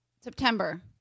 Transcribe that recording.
September